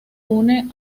une